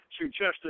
suggested